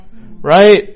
Right